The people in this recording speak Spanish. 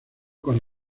con